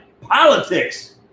politics